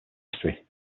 history